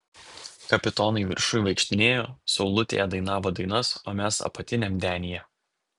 kapitonai viršuj vaikštinėjo saulutėje dainavo dainas o mes apatiniam denyje